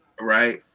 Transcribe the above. Right